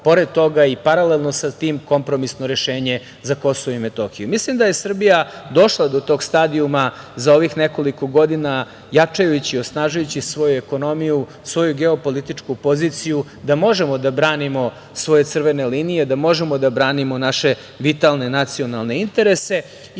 pored toga i paralelno sa tim kompromisno rešenje za Kosovo i Metohiju. Mislim da je Srbija došla do tog stadijuma za ovih nekoliko godina, jačajući i osnažujući svoju ekonomiju, svoju geopolitičku poziciju, da možemo da branimo svoje crvene linije, da možemo da branimo naše vitalne nacionalne interese.